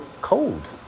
cold